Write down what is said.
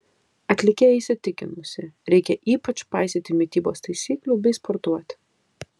atlikėja įsitikinusi reikia ypač paisyti mitybos taisyklių bei sportuoti